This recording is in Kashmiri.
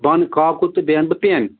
بہٕ اَنہٕ کاکُد تہٕ بیٚیہِ اَنہٕ بہٕ پٮ۪ن